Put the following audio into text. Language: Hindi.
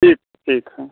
ठीक ठीक है